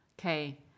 Okay